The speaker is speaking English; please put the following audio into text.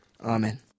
Amen